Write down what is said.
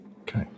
Okay